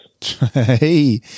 hey